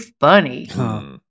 funny